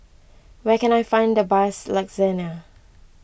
where can I find the bus Lagsana